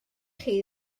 chi